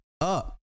up